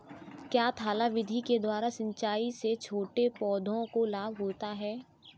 क्या थाला विधि के द्वारा सिंचाई से छोटे पौधों को लाभ होता है?